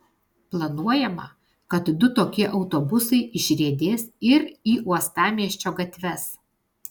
planuojama kad du tokie autobusai išriedės ir į uostamiesčio gatves